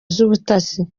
z’ubutasi